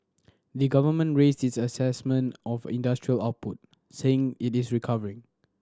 the government raised its assessment of industrial output saying it is recovering